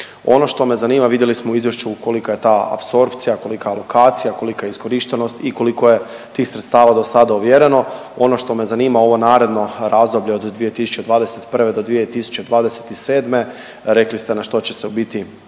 Ono što me zanima, vidjeli smo u izvješću kolika je ta apsorpcija, kolika je alokacija, kolika je iskorištenost i koliko je tih sredstava do sada ovjereno. Ono što me zanima, ovo naredno razdoblje od 2021. do 2027., rekli ste na što će se u biti